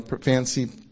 fancy